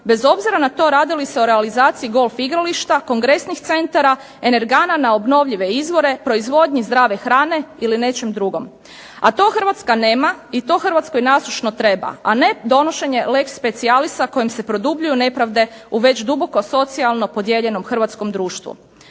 bez obzira radi li se o realizaciji golf igrališta, kongresnih centara, energana na obnovljive izvore, proizvodnji zdrave hrane ili nečem drugom. To Hrvatska nema i to Hrvatskoj nasušno treba. A ne donošenje leg specialisa kojim se produbljuju nepravde u već duboko socijalno podijeljeno Hrvatskom društvu.